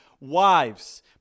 Wives